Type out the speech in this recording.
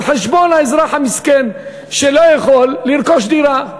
על חשבון האזרח המסכן שלא יכול לרכוש דירות.